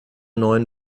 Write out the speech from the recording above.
neuen